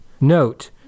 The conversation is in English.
note